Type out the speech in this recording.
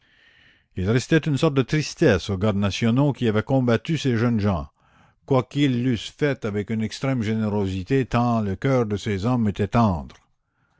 il restait une sorte de tristesse aux gardes nationaux qui avaient combattu ces jeunes gens quoiqu'ils l'eussent fait avec une extrême générosité tant le cœur de ces hommes était tendre